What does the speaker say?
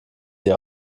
sie